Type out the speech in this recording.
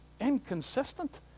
inconsistent